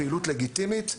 פעילות לגיטימית,